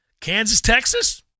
Kansas-Texas